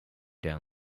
down